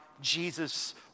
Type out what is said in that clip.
Jesus